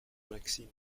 maxime